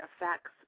affects